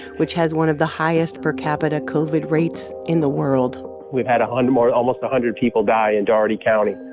which has one of the highest per capita covid rates in the world we've had a and ah almost a hundred people die in dougherty county.